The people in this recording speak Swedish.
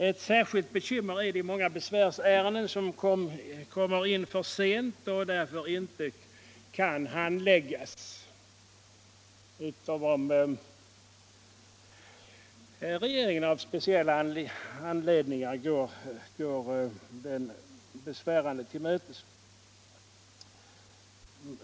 Ett särskilt bekymmer är de många besvärsärenden som kommer in för sent och därför inte kan handläggas, utom när regeringen av speciella skäl går den som besvärar sig till mötes.